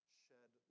shed